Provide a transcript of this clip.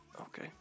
okay